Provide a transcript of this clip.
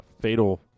fatal